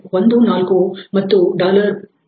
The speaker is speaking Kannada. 14 ಮತ್ತು 0